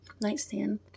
nightstand